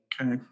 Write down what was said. Okay